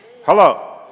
Hello